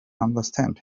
understand